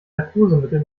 narkosemittel